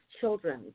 children